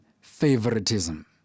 favoritism